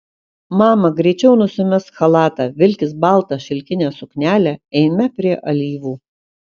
mama greičiau nusimesk chalatą vilkis baltą šilkinę suknelę eime prie alyvų